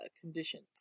conditions